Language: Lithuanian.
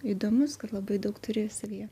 įdomus kad labai daug turi savyje